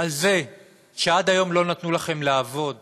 על זה שעד היום לא נתנו לכם לעבוד